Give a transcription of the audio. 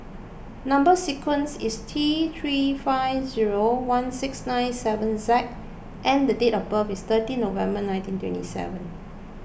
Number Sequence is T three five zero one six nine seven Z and the date of birth is thirty November nineteen twenty seven